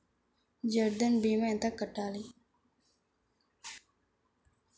జన్ధన్ భీమా ఎంత కట్టాలి?